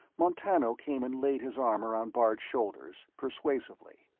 montano came and laid his arm around bart's shoulders, persuasively.